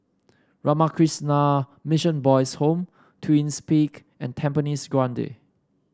Ramakrishna Mission Boys' Home Twins Peak and Tampines Grande